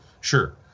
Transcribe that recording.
Sure